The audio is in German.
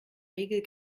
regel